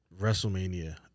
wrestlemania